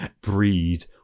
breed